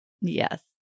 Yes